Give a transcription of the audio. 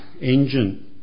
engine